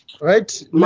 right